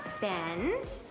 Bend